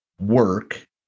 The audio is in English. work